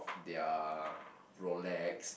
their Rolex